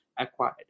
acquired